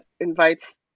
invites